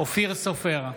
אופיר סופר,